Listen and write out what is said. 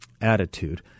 attitude